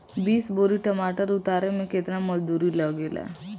बीस बोरी टमाटर उतारे मे केतना मजदुरी लगेगा?